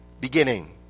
beginning